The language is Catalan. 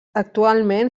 actualment